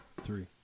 three